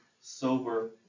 sober